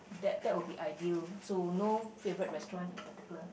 that that would be ideal so no favourite restaurant in particular